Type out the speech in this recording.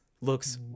looks